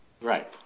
right